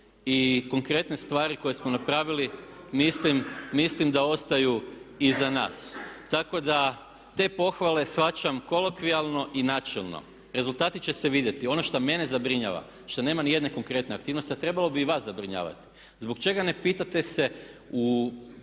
i konkretne stvari koje smo napravili mislim da ostaju iza nas. Tako da te pohvale shvaćam kolokvijalno i načelno. Rezultati će se vidjeti. Ono što mene zabrinjava što nema ni jedne konkretne aktivnosti, a trebalo bi i vas zabrinjavati. Zbog čega ne pitate se u